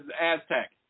Aztec